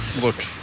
Look